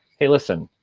hey, listen,